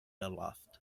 aloft